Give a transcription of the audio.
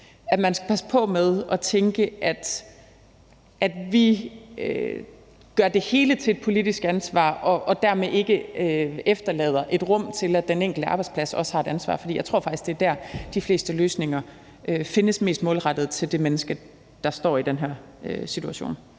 at man skal passe på med at tænke, at vi gør det hele til et politisk ansvar, og dermed ikke efterlader et rum til, at den enkelte arbejdsplads også har et ansvar. For jeg tror faktisk, det er der, de fleste løsninger, som er mest målrettet mod det menneske, der står i den her situation,